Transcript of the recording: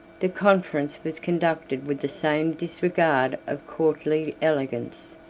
the conference was conducted with the same disregard of courtly elegance.